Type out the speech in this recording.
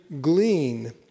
glean